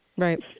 right